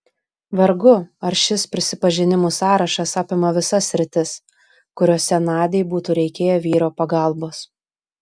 vargu ar šis prisipažinimų sąrašas apima visas sritis kuriose nadiai būtų reikėję vyro pagalbos